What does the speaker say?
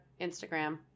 Instagram